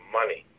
money